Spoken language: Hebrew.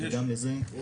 גם לזה.